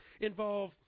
involve